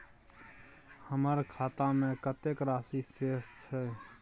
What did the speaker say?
हमर खाता में कतेक राशि शेस छै?